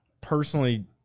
personally